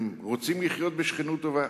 הם רוצים לחיות בשכנות טובה.